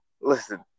listen